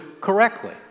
correctly